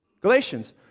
galatians